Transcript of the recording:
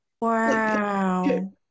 Wow